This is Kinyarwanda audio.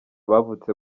bavutse